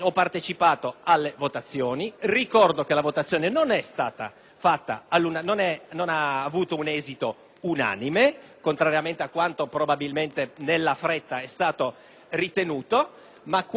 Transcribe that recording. non ha avuto un esito unanime, contrariamente a quanto probabilmente nella fretta è stato ritenuto, ma questo è ciò di cui stiamo parlando. Questa è la responsabilità